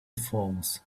phones